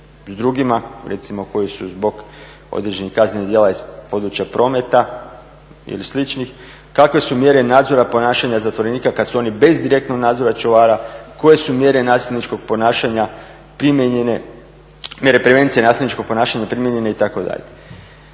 s drugima, recimo koji su zbog određenih kaznenih djela iz područja prometa ili sličnih, kakve su mjere nadzora ponašanja zatvorenika kad su oni bez direktnog nadzora čuvara, koje su mjere prevencije nasilničkog ponašanja primijenjene itd.